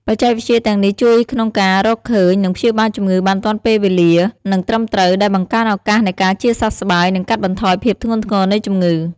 បច្ចេកវិទ្យាទាំងនេះជួយក្នុងការរកឃើញ និងព្យាបាលជំងឺបានទាន់ពេលវេលា និងត្រឹមត្រូវ ដែលបង្កើនឱកាសនៃការជាសះស្បើយ និងកាត់បន្ថយភាពធ្ងន់ធ្ងរនៃជំងឺ។